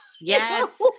Yes